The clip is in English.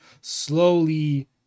slowly